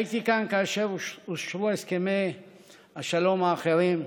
הייתי כאן כאשר אושרו הסכמי השלום האחרים,